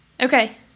Okay